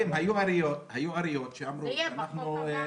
היו עיריות שאמרו --- זה יהיה בחוק הבא.